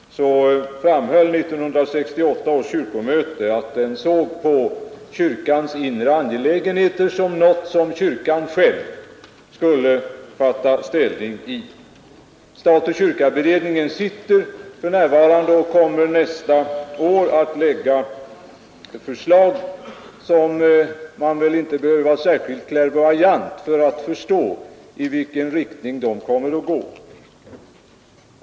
Herr talman! Som det står i utskottets betänkande framhöll 1968 års kyrkomöte att det såg på kyrkans inre angelägenheter som något som kyrkan själv skulle ta ställning till. Kyrka—stat-beredningen arbetar för närvarande för att nästa år lägga fram förslag, och man behöver inte vara särskilt klärvoajant för att förstå i vilken riktning det kommer att gå.